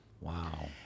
Wow